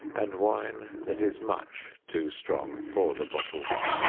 and wine that is much too strong for the bottles.